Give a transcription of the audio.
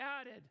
added